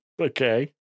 Okay